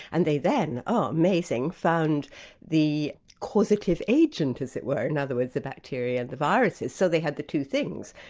and they then, oh amazing, found the causative agent as it were, in and other words the bacteria and the viruses, so they had the two things.